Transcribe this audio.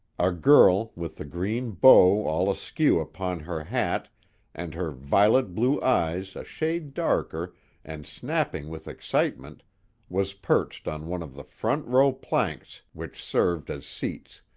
a girl with the green bow all askew upon her hat and her violet-blue eyes a shade darker and snapping with excitement was perched on one of the front row planks which served as seats,